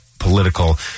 Political